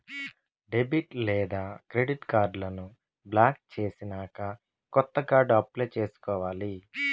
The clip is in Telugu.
డెబిట్ లేదా క్రెడిట్ కార్డులను బ్లాక్ చేసినాక కొత్త కార్డు అప్లై చేసుకోవాలి